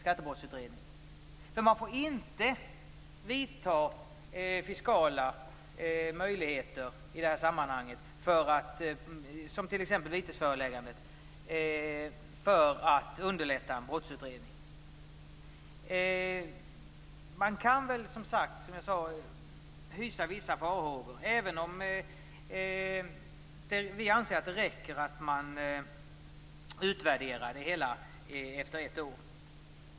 Man får nämligen inte använda fiskala möjligheter, t.ex. vitesförelägganden, för att underlätta en brottsutredning. Man kan som sagt hysa vissa farhågor, även om Vänsterpartiet anser att det räcker att det hela utvärderas efter ett år.